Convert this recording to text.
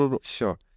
Sure